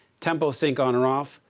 tempo-sync on or off,